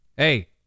Hey